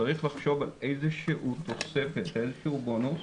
וצריך לחשוב על איזו שהיא תוספת של איזה שהוא בונוס